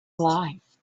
life